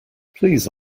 please